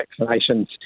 vaccinations